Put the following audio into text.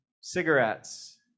cigarettes